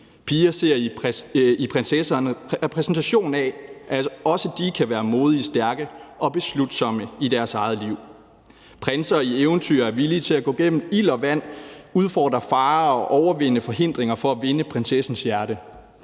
Piger ser i prinsesserne en repræsentation af, at også de kan være modige, stærke og beslutsomme i deres eget liv. Prinser i eventyr er villige til at gå gennem ild og vand, udfordre farer og overvinde forhindringer for at vinde prinsessens hjerte.